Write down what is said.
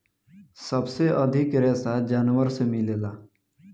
सबसे अधिक रेशा जानवर से मिलेला